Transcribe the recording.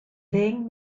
ddeng